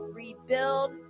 rebuild